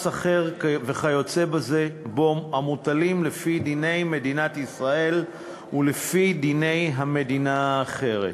אחר כיוצא בו המוטלים לפי דיני מדינת ישראל ולפי דיני המדינה האחרת.